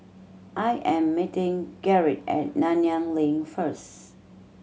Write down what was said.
I am meeting Gerrit at Nanyang Link first